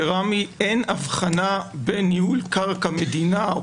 ברמ"י אין הבחנה בין ניהול קרקע מדינה או